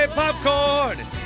Popcorn